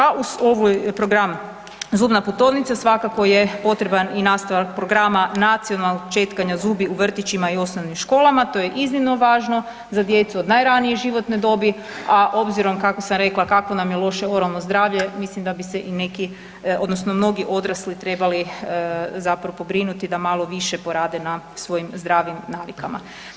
A uz ovaj program „zubna putovnica“ svakako je potreban i nastavak programa nacionalnog četkanja zubi u vrtićima i osnovnim školama, to je iznimno važno za djecu od najranije životne dobi, a obzirom kako sam rekla kako nam je loše oralno zdravlje, mislim da bi se i neki odnosno mnogi odrasli trebali zapravo pobrinuti da malo više porade na svojim zdravim navikama.